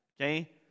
Okay